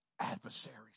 adversaries